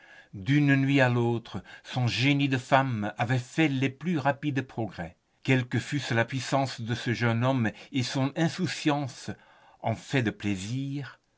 d'une nuit à l'autre son génie de femme avait fait les plus rapides progrès quelle que fût la puissance de ce jeune homme et son insouciance en fait de plaisirs